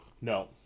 no